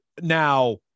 Now